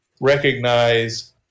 recognize